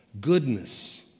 goodness